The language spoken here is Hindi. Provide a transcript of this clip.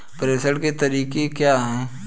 प्रेषण के तरीके क्या हैं?